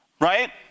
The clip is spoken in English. Right